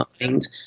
mind